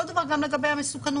אותו דבר גם לגבי המסוכנות.